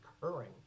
recurring